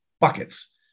buckets